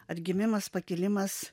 atgimimas pakilimas